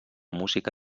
música